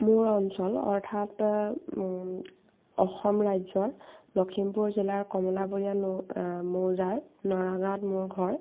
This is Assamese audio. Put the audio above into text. মোৰ অঞ্চল অৰ্থাৎ অসম ৰাজ্যৰ লখিমপুৰ জিলাৰ কমলাবৰীয়া মৌজাৰ নৰা গাঁৱত মোৰ ঘৰ